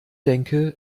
denke